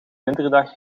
winterdag